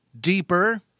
deeper